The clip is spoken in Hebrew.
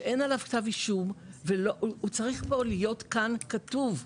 שאין עליו כתב אישום והוא צריך להיות כאן כתוב.